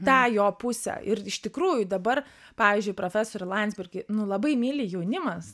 tą jo pusę ir iš tikrųjų dabar pavyzdžiui profesorių landsbergį nu labai myli jaunimas